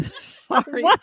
sorry